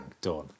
Done